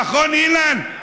נכון, אילן?